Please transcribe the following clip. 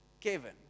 Kevin